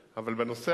למה?